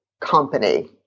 company